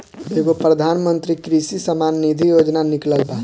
एगो प्रधानमंत्री कृषि सम्मान निधी योजना निकलल बा